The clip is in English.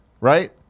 right